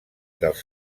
dels